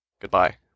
Goodbye